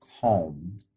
calm